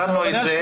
הבנו את זה.